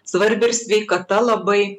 svarbi ir sveikata labai